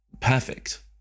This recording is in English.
perfect